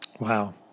Wow